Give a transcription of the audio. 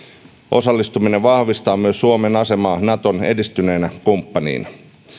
osallistuminen vahvistaa myös suomen asemaa naton edistyneenä kumppanina